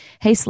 Hey